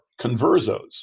conversos